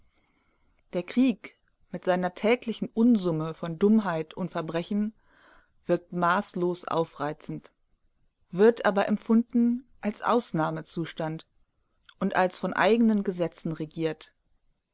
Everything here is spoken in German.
der krieg mit seiner täglichen unsumme von dummheit und verbrechen wirkt maßlos aufreizend wird aber empfunden als ausnahmezustand und als von eigenen gesetzen regiert